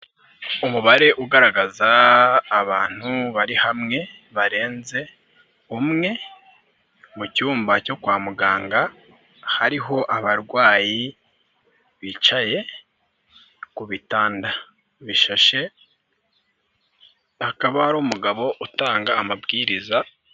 Umubare ugaragaza abantu bari hamwe barenze umwe, mu cyumba cyo kwa muganga hariho abarwayi bicaye ku bitanda bishashe, hakaba hari umugabo utanga amabwiriza.